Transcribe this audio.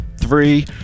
three